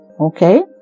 Okay